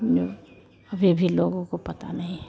जो अभी भी लोगों को पता नहीं है